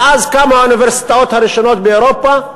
מאז קמו האוניברסיטאות הראשונות באירופה,